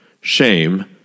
shame